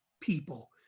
people